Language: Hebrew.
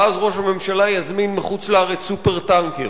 ואז ראש הממשלה יזמין מחוץ לארץ "סופר-טנקר".